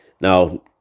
Now